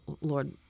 Lord—